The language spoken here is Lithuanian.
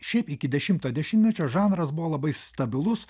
šiaip iki dešimto dešimtmečio žanras buvo labai stabilus